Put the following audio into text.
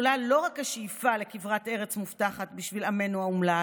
לא ניתן לכם להתנתק מהערכים ומהיסודות